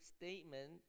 statement